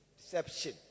deception